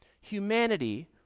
Humanity